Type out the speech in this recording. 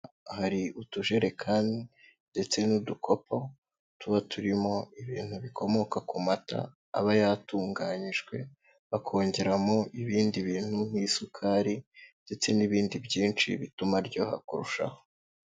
Hari utujerekani ndetse n'udukopo tuba turimo ibintu bikomoka ku mata aba yatunganyijwe bakongeramo ibindi bintu nk'isukari ndetse n'ibindi byinshi bituma aryoha kurushaho.